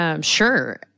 Sure